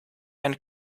and